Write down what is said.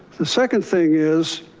the second thing is.